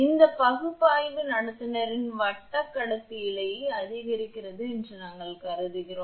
இந்த பகுப்பாய்வு நடத்துனரின் வட்டக் கடத்தி இழையை அதிகரிக்கிறது என்று நாங்கள் கருதுகிறோம்